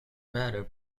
matter